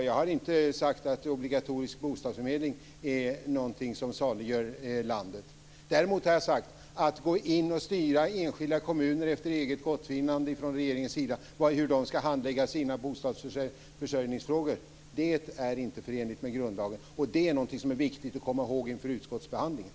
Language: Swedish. Jag har inte sagt att obligatorisk bostadsförmedling är någonting som saliggör landet. Däremot har jag sagt att det inte är förenligt med grundlagen att regeringen går in och styr enskilda kommuner efter eget gottfinnande och hur de ska handlägga sina bostadsförsörjningsfrågor. Det är någonting som är viktigt att komma ihåg inför utskottsbehandlingen.